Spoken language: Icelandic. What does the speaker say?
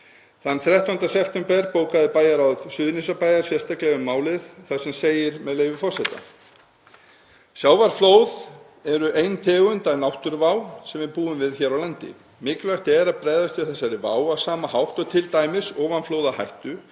Hinn 13. september lagði bæjarráð Suðurnesjabæjar fram sérstaka bókun um málið þar sem segir, með leyfi forseta: „Sjávarflóð eru ein tegund af náttúruvá sem við búum við hér á landi, mikilvægt er að bregðast við þessari vá á sama hátt og t.d. ofanflóðahættu